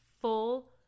full